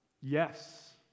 Yes